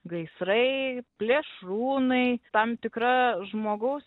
gaisrai plėšrūnai tam tikra žmogaus